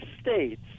States